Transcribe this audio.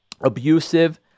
abusive